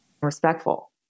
respectful